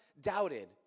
doubted